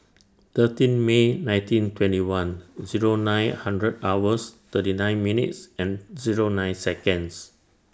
thirteen May nineteen twenty one Zero nine hundred hours thirty nine minutes and Zero nine Seconds